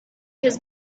his